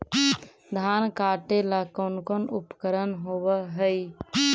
धान काटेला कौन कौन उपकरण होव हइ?